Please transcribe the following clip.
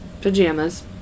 pajamas